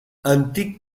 antic